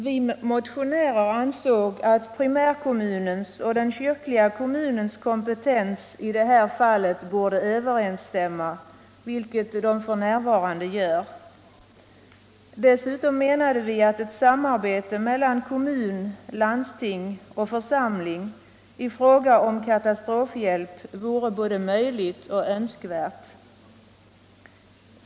Vi motionärer ansåg, att primärkommunens och den kyrkliga kommunens kompetens i det här fallet borde överensstämma, vilket de f. n. gör. Dessutom menade vi, att ett samarbete mellan kommun/landsting och församling i fråga om katastrofhjälp vore både möjligt och önskvärt.